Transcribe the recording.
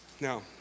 Now